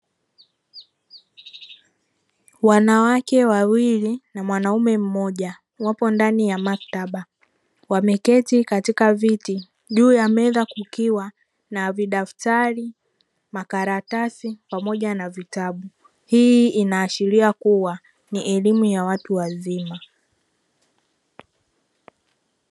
Wanawake wawili na mwanaume mmoja wapo ndani ya maktaba, wameketi katika viti juu ya meza kukiwa na vidaftari, makaratasi pamoja na vitabu; hii inaashiria kuwa ni elimu ya watu wazima.